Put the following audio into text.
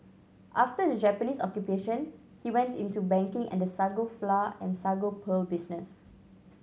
after the Japanese Occupation he went into banking and the sago flour and sago pearl business